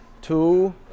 two